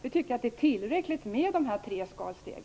Vi tycker att det är tillräckligt med tre skalsteg.